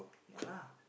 yeah lah